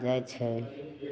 जाइ छै